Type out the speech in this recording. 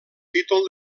títol